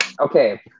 okay